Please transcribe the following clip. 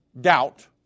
doubt